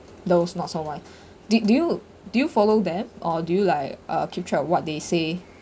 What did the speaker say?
those not so wise do do you do you follow them or do you like uh keep track of what they say